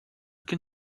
can